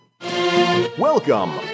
Welcome